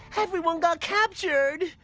everyone got captured!